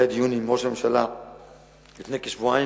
התקיים דיון עם ראש הממשלה לפני כשבועיים,